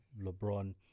LeBron